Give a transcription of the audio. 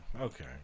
Okay